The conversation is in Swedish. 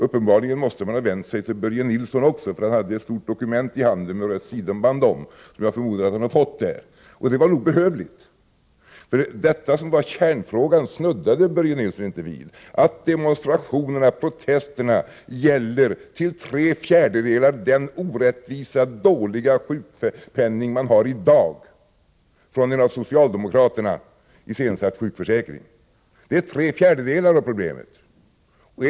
Uppenbarligen har man vänt sig till Börje Nilsson också, för han hade ett stort dokument i handen med ett rött sidenband om som jag förmodar att han har fått i det sammanhanget. Det var nog behövligt, för det som var kärnfrågan — att demonstrationerna och protesterna till tre fjärdedelar gällde den orättvisa och dåliga sjukpenning man har i dag inom den av socialdemokraterna iscensatta sjukförsäkringen — snuddade Börje Nilsson inte vid.